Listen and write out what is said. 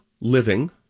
living